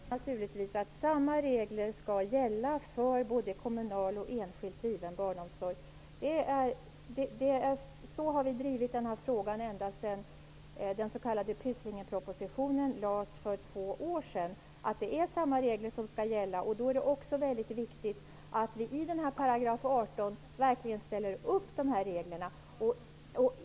Fru talman! Vi avser naturligtvis att samma regler skall gälla för både kommunalt och enskilt driven barnomsorg, Ingrid Hemmingsson. Så har vi drivit denna fråga ända sedan den s.k. Pysslingenpropositionen lades fram för två år sedan. Samma regler skall gälla. Då är det också viktigt att vi i 18 § verkligen ställer upp dessa regler.